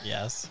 Yes